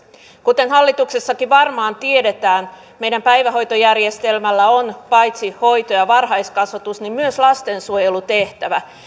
kuten hallituksessakin varmaan tiedetään meidän päivähoitojärjestelmällä on paitsi hoito ja varhaiskasvatus myös lastensuojelutehtävä